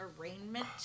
arraignment